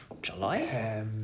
July